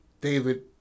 David